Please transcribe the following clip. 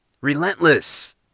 Relentless